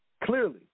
Clearly